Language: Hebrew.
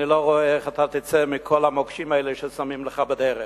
אני לא רואה איך אתה תצא מכל המוקשים האלה ששמים לך בדרך.